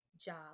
job